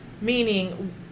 meaning